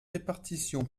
répartition